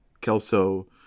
Kelso